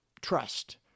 trust